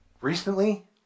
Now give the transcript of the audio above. recently